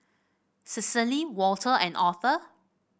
Cecily Walter and Authur